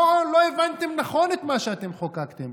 לא הבנתם נכון את מה שאתם חוקקתם?